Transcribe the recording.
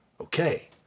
Okay